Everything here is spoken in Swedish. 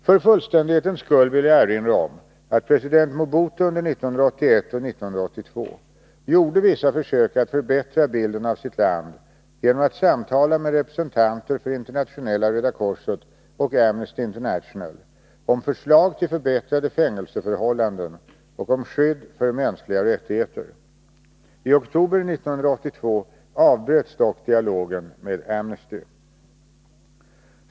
För fullständighetens skull vill jag erinra om att president Mobutu under 1981 och 1982 gjorde vissa försök att förbättra bilden av sitt land genom att samtala med representanter för Internationella röda korset och Amnesty International om förslag till förbättrade fängelseförhållanden och om skydd för mänskliga rättigheter. I oktober 1982 avbröts dock dialogen med Amnesty.